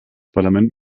parlament